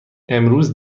امروز